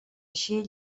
eixir